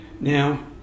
Now